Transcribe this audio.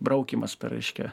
braukymas per reiškia